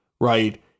right